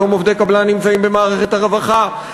היום עובדי קבלן נמצאים במערכת הרווחה,